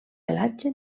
pelatge